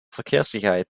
verkehrssicherheit